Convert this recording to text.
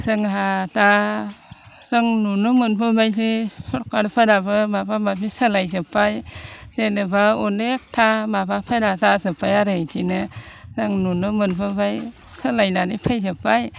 जोंहा दा जों नुनो मोनबोबाय जे सरखारफोराबो माबा माबि सोलाय जोब्बाय जेन'बा अनेखथा माबाफोरा जाजोबबाय आरो बेदिनो जों नुनो मोनबोबाय सोलायनानै फैजोबबाय